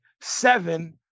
seven